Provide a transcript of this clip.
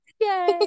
yay